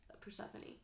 Persephone